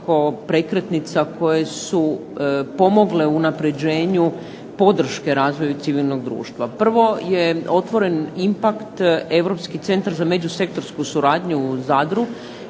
prekretnica koje su pomogle unapređenju podrške razvoju civilnog društva. Prvo je otvoren IMPAKT Europski centar za međusektorsku suradnju u Zadru